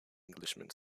englishman